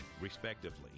respectively